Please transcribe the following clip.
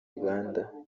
uganda